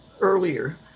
earlier